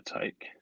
take